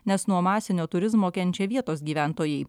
nes nuo masinio turizmo kenčia vietos gyventojai